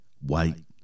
white